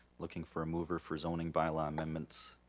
looking for a mover for zoning bylaw amendments.